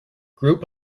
group